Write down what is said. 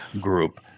group